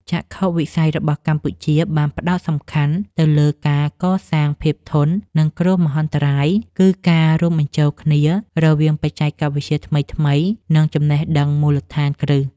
ចក្ខុវិស័យរបស់កម្ពុជាបានផ្តោតសំខាន់ទៅលើការកសាងភាពធន់នឹងគ្រោះមហន្តរាយ គឺការរួមបញ្ចូលគ្នារវាងបច្ចេកវិទ្យាថ្មីៗ និងចំណេះដឹងមូលដ្ឋានគ្រឹះ។